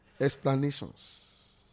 explanations